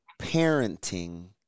parenting